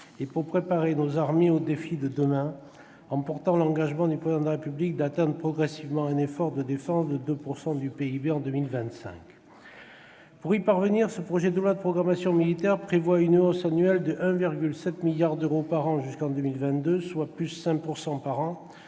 et pour préparer nos armées aux défis de demain, en portant l'engagement du Président de la République d'atteindre progressivement un effort de défense représentant 2 % du PIB en 2025. Pour y parvenir, ce projet de loi de programmation militaire prévoit une hausse annuelle de 1,7 milliard d'euros par an jusqu'en 2022, soit de 5 % par an,